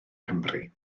nghymru